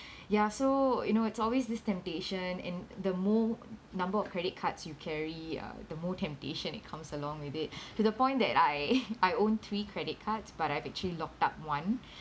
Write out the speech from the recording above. ya so you know it's always this temptation and the more number of credit cards you carry uh the more temptation it comes along with it to the point that I I own three credit cards but I've actually locked up one